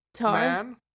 man